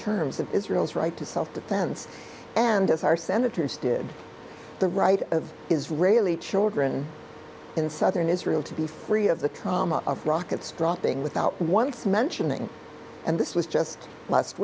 terms of israel's right to self defense and as our senators did the right of israeli children in southern israel to be free of the trauma of rockets dropping without once mentioning and this was just last